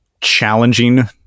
challenging